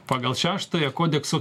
pagal šeštąją kodekso